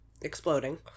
exploding